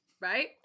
right